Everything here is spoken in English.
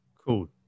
cool